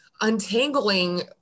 untangling